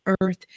earth